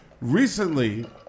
Recently